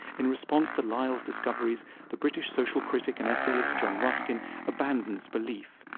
in response to lyle's discoveries the british social critic and essayist john ruskin abandons belief.